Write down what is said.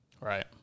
Right